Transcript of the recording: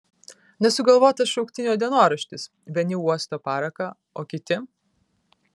nesugalvotas šauktinio dienoraštis vieni uosto paraką o kiti